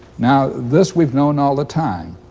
now this we've know know all the time,